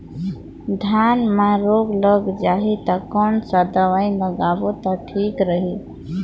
धान म रोग लग जाही ता कोन सा दवाई लगाबो ता ठीक रही?